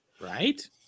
right